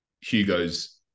Hugo's